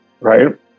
right